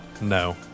No